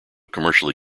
commercially